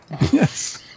Yes